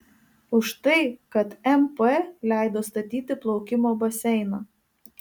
už tai kad mp leido statyti plaukimo baseiną